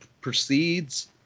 proceeds